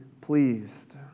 pleased